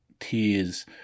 tears